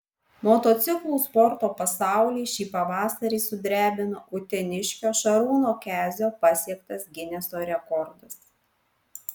motociklų sporto pasaulį šį pavasarį sudrebino uteniškio šarūno kezio pasiektas gineso rekordas